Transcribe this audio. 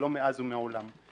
ולא מאז ומעולם.